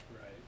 Right